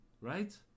right